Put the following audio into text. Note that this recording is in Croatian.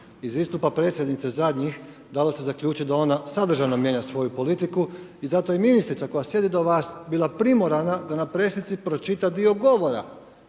iz istupa predsjednice zadnjih dalo se zaključit da ona sadržajno mijenja svoju politiku i zato i ministrica koja sjedi do vas bila primorana da na press-ici pročita dio govora